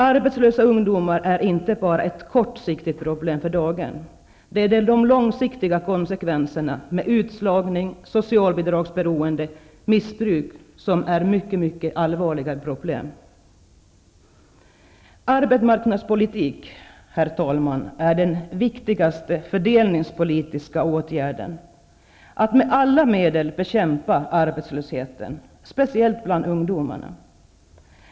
Arbetslösa ungdomar är inte bara ett kortsiktigt problem för dagen. De långsiktiga konsekvenserna med utslagning, socialbidragsberoende, missbruk m.m. leder ofta till ännu allvarligare problem. Herr talman! Arbetsmarknadspolitik är den viktigaste fördelningspolitiska åtgärden, dvs. att med alla medel bekämpa arbetslösheten, speciellt bland ungdomar.